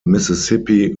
mississippi